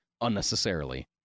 unnecessarily